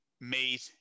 made